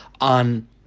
on